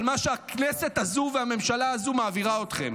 על מה שהכנסת הזו והממשלה הזו מעבירות אתכם.